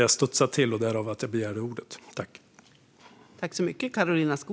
Jag studsade till, och därför begärde jag replik.